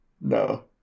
No